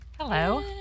Hello